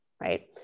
right